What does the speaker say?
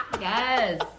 yes